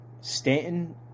Stanton